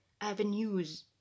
avenues